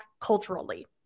culturally